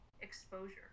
exposure